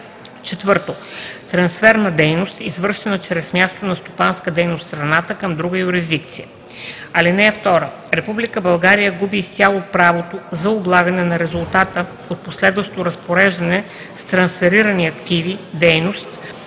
4. трансфер на дейност, извършвана чрез място на стопанска дейност в страната, към друга юрисдикция. (2) Република България губи изцяло правото за облагане на резултата от последващо разпореждане с трансферирани активи/дейност